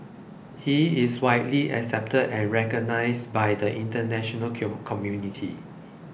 he is widely accepted and recognised by the international community